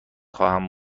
خواهم